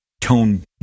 tone